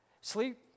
Sleep